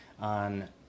on